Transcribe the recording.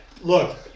Look